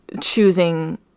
choosing